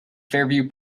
fairview